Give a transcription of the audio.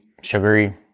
sugary